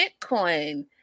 Bitcoin